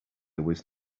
was